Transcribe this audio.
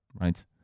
right